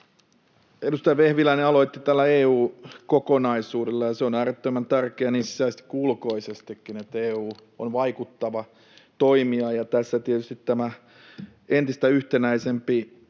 Edustaja Vehviläinen aloitti tällä EU-kokonaisuudella. On äärettömän tärkeää niin sisäisesti kuin ulkoisestikin, että EU on vaikuttava toimija, ja tässä tietysti tämä entistä yhtenäisempi,